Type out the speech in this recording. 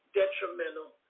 detrimental